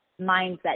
mindset